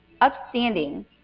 upstanding